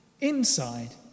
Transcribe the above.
inside